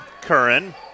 Curran